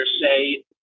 say